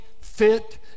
fit